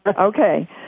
Okay